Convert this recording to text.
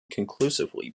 conclusively